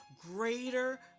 greater